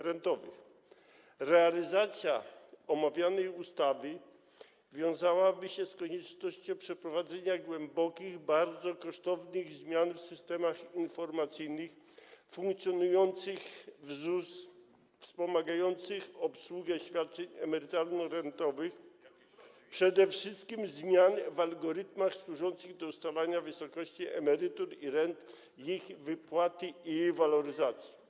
Realizacja omawianej ustawy wiązałaby się z koniecznością przeprowadzenia głębokich, bardzo kosztownych zmian w systemach informatycznych funkcjonujących w ZUS, wspomagających obsługę świadczeń emerytalno-rentowych, przede wszystkim zmian w algorytmach służących do ustalania wysokości emerytur i rent, ich wypłaty i waloryzacji.